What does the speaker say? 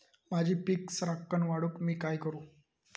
माझी पीक सराक्कन वाढूक मी काय करू?